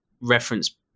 reference